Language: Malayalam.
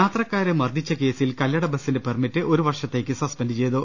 യാത്രക്കാരെ മർദ്ദിച്ച കേസിൽ കല്ലട ബസിന്റെ പെർമിറ്റ് ഒരു വർഷത്തേയ്ക്ക് സസ്പെന്റ് ചെയ്തു